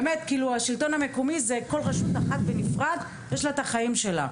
בשלטון המקומי לכל רשות יש את החיים שלה בנפרד.